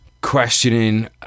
questioning